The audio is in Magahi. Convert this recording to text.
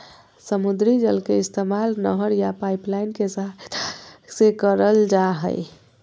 समुद्री जल के इस्तेमाल नहर या पाइपलाइन के सहायता से करल जा हय